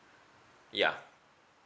yeah